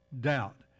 doubt